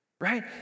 right